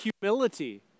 humility